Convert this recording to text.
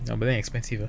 ya but then expensive ah